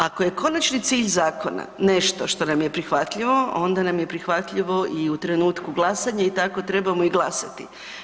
Ako je konačni cilj zakona nešto što nam je prihvatljivo onda nam je prihvatljivo i u trenutku glasanja i tako trebamo i glasati.